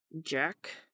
Jack